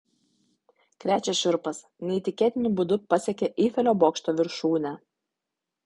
krečia šiurpas neįtikėtinu būdu pasiekė eifelio bokšto viršūnę